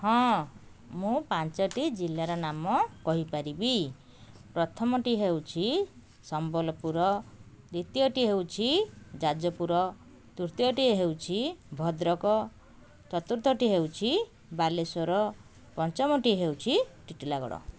ହଁ ମୁଁ ପାଞ୍ଚଟି ଜିଲ୍ଲାର ନାମ କହିପାରିବି ପ୍ରଥମଟି ହେଉଛି ସମ୍ବଲପୁର ଦ୍ୱିତୀୟଟି ହେଉଛି ଯାଜପୁର ତୃତୀୟଟି ହେଉଛି ଭଦ୍ରକ ଚତୁର୍ଥଟି ହେଉଛି ବାଲେଶ୍ୱର ପଞ୍ଚମଟି ହେଉଛି ଟିଟିଲାଗଡ଼